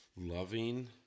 loving